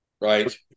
Right